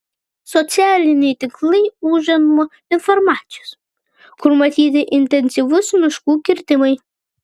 socialiniai tinklai ūžia nuo informacijos kur matyti intensyvūs miškų kirtimai